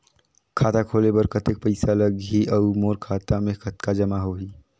खाता खोले बर कतेक पइसा लगही? अउ मोर खाता मे कतका जमा होही?